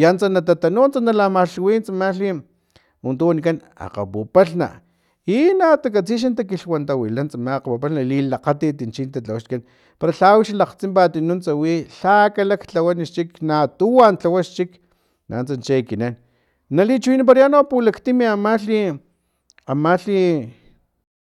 i antsa natatanu antsa nalamalhuwi mas bien untu wanikan akgapupalhna i na takatsi na xa takilhwantawila tsama kgakgapun i lilakgatit chi talhawa xlakan para lha wixi lakgtsimpat nuntsa wi lha ka laklhawan xcik na tuwa lhawa xchik nanuntsa chi ekinan na lichiwinamparachau pulaktimi amalhi amalhi